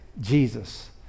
Jesus